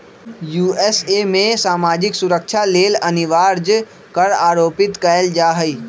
USA में सामाजिक सुरक्षा लेल अनिवार्ज कर आरोपित कएल जा हइ